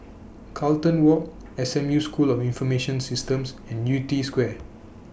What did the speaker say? Carlton Walk S M U School of Information Systems and Yew Tee Square